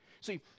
see